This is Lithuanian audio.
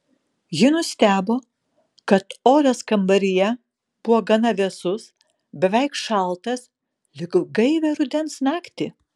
ji nustebo kad oras kambaryje buvo gana vėsus beveik šaltas lyg gaivią rudens naktį